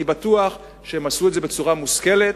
אני בטוח שהם עשו את זה בצורה מושכלת.